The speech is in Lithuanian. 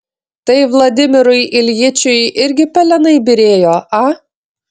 tai vladimirui iljičiui irgi pelenai byrėjo a